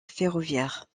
ferroviaire